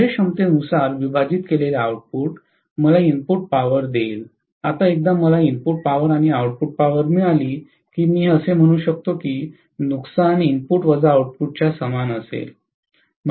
कार्यक्षमतेनुसार विभाजित केलेले आऊटपुट मला इनपुट पॉवर देईल आता एकदा मला इनपुट पॉवर आणि आऊटपुट पॉवर मिळाली की मी असे म्हणू शकतो की नुकसान इनपुट वजा आउटपुट च्या समान असेल